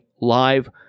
live